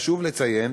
חשוב לציין